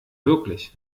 wirklich